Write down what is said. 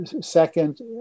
Second